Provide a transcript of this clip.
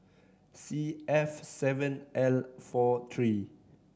C F seven L four three